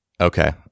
Okay